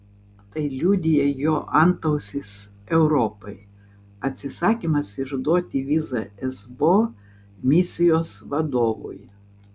tai liudija jo antausis europai atsisakymas išduoti vizą esbo misijos vadovui